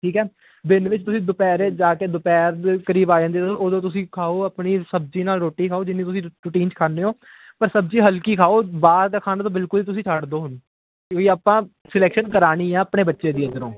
ਠੀਕ ਆ ਦਿਨ ਵਿੱਚ ਤੁਸੀਂ ਦੁਪਹਿਰੇ ਜਾ ਕੇ ਦੁਪਹਿਰ ਕਰੀਬ ਆ ਜਾਂਦੇ ਉਦੋਂ ਤੁਸੀਂ ਖਾਓ ਆਪਣੀ ਸਬਜ਼ੀ ਨਾਲ ਰੋਟੀ ਖਾਓ ਜਿੰਨੀ ਤੁਸੀਂ ਰੂਟੀਨ 'ਚ ਖਾਂਦੇ ਹੋ ਪਰ ਸਬਜ਼ੀ ਹਲਕੀ ਖਾਓ ਬਾਹਰ ਦਾ ਖਾਣ ਤੋਂ ਬਿਲਕੁਲ ਤੁਸੀਂ ਛੱਡ ਦਿਓ ਹੁਣ ਕਿਉਂਕਿ ਆਪਾਂ ਸਿਲੈਕਸ਼ਨ ਕਰਾਉਣੀ ਆ ਆਪਣੇ ਬੱਚੇ ਦੀ ਇਧਰੋਂ